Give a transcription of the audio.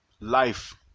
life